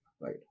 Right